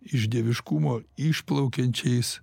iš dieviškumo išplaukiančiais